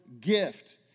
gift